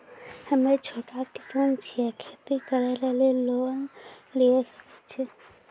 हम्मे छोटा किसान छियै, खेती करे लेली लोन लिये सकय छियै?